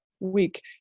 Week